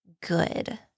good